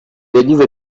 yagize